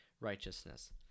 righteousness